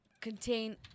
contain